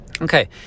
Okay